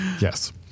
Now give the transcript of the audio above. Yes